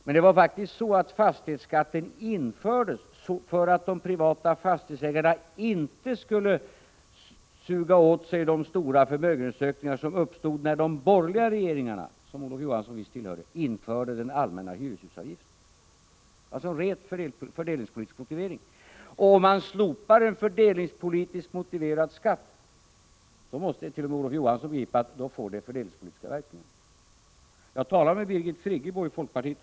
Men det var faktiskt så att fastighetsskatten infördes för att de privata fastighetsägarna inte skulle suga åt sig de stora förmögenhetsökningar som uppstod när de borgerliga regeringarna — som Olof Johansson visst tillhörde — införde den allmänna hyreshusavgiften. Motiveringen var alltså rent fördelningspolitisk. Och om man slopar en fördelningspolitiskt motiverad skatt, får det fördelningspolitiska verkningar —det måstet.o.m. Olof Johansson begripa. Jag har talat med Birgit Friggebo i folkpartiet.